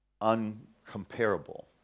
Uncomparable